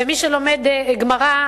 מי שלומד גמרא,